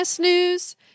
news